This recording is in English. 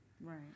Right